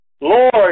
Lord